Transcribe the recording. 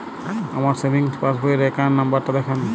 আমার সেভিংস পাসবই র অ্যাকাউন্ট নাম্বার টা দেখান?